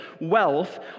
wealth